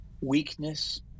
weakness